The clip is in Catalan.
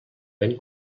ben